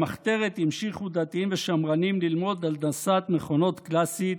במחתרת המשיכו דתיים ושמרנים ללמוד הנדסת מכונות קלאסית,